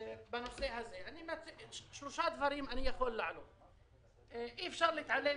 אני יכול להעלות שלושה דברים: אי אפשר להתעלם